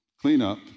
cleanup